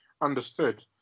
Understood